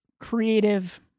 creative